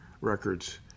records